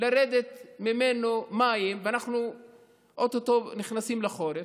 לרדת ממנו מים, ואנחנו או-טו-טו נכנסים לחורף,